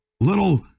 little